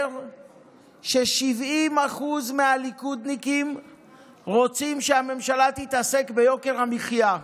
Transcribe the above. אומר ש-70% מהליכודניקים רוצים שהממשלה תתעסק ביוקר המחיה,